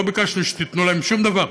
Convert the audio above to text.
לא ביקשנו שתיתנו להם שום דבר,